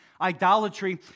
Idolatry